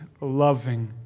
loving